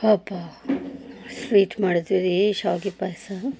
ಅಬ್ಬ ಸ್ವೀಟ್ ಮಾಡಿದ್ದೀವ್ರಿ ಶಾವ್ಗೆ ಪಾಯಸ